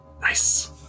Nice